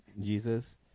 Jesus